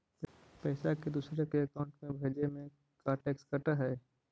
पैसा के दूसरे के अकाउंट में भेजें में का टैक्स कट है?